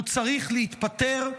והוא צריך להתפטר.